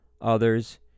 others